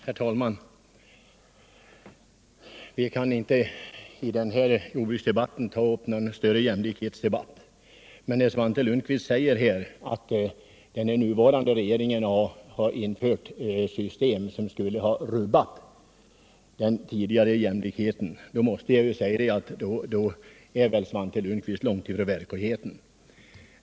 Herr talman! Vi kan i denna jordbruksdebatt inte ta upp någon större jämlikhetsdiskussion. Men när Svante Lundkvist påstår att den nuvarande regeringen har infört ett system, som rubbar den tidigare jämlikheten, då måste jag säga att Svante Lundkvist är långt från verkligheten.